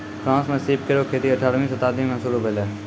France म सीप केरो खेती अठारहवीं शताब्दी में शुरू भेलै